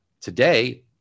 Today